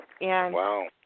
Wow